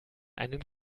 einen